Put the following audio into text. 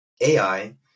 AI